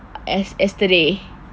yesterday